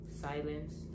silence